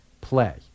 play